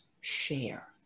share